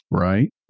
Right